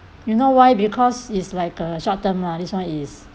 you know why because is like a short term lah this one is